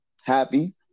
happy